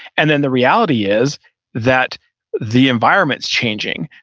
and then the reality is that the environment is changing.